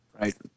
Right